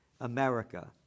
America